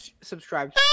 subscribe